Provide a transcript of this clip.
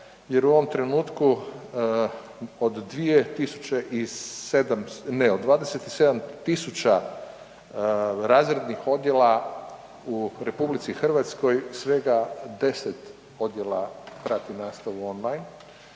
jer u ovom trenutku od 27000 razrednih odjela u Republici Hrvatskoj svega 10 odjela prati nastavu online,